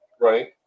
Right